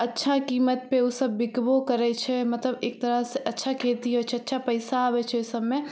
अच्छा कीमत पे ओसब बिकबो करै छै मतलब एक तरह सँ अच्छा खेती होइ छै अच्छा पैसा आबै छै ओहिसबमे